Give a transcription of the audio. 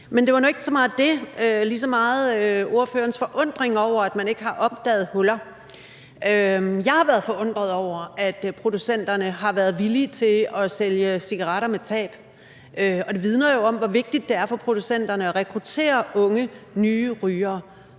det. Det var ligeså meget ordførerens forundring over, at man ikke har opdaget huller. Jeg har været forundret over, at producenterne har været villige til at sælge cigaretter med tab. Det vidner jo om, hvor vigtigt det er for producenterne at rekruttere unge nye rygere.